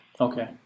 Okay